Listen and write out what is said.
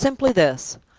simply this.